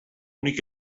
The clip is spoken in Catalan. únic